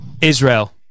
Israel